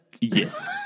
Yes